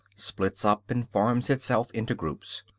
splits up and forms itself into groups.